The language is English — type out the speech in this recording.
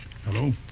Hello